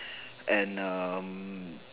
and um